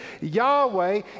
Yahweh